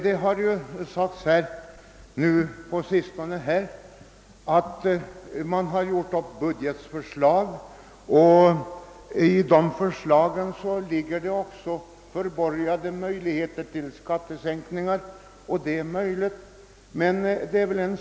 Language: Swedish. Det har förklarats att man gjort upp budgetförslag och att i dessa förslag också ligger förborgade möjligheter till skattesänkningar. Det är möjligt att så är fallet.